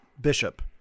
Bishop